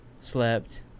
slept